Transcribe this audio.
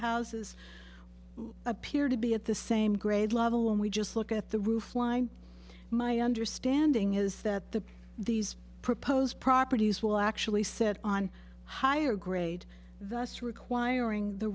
houses appear to be at the same grade level and we just look at the roof line my understanding is that the these proposed properties will actually set on higher grade thus requiring the